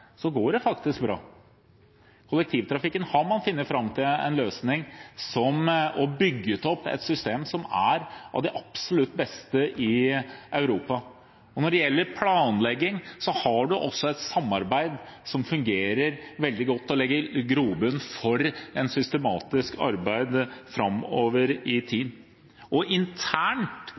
går det faktisk bra. I kollektivtrafikken har man funnet fram til en løsning og bygget opp et system som er av det absolutt beste i Europa. Når det gjelder planlegging, har man også et samarbeid som fungerer veldig godt og legger grobunn for et systematisk arbeid framover i